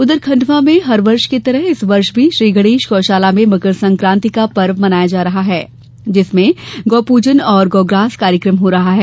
उधर खंडवा में हर वर्ष की तरह इस वर्ष भी श्री गणेश गौशाला में मकर संक्रांति का पर्व मनाया जा रहा है जिसमें गौ प्रजन औरं गौ ग्रास का कार्यक्रम हो रहा है